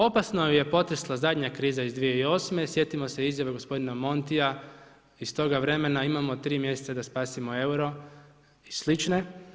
Opasno ju je potresla zadnja kriza iz 2008., sjetimo se izjave g. Montija iz toga vremena, imamo 3 mjeseca da spasimo euro i slične.